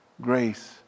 grace